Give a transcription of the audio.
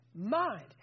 mind